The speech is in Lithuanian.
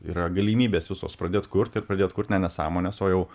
yra galimybės visos pradėt kurt ir pradėt kurt ne nesąmones o jau